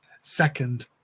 second